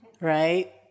right